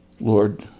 Lord